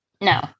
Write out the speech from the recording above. No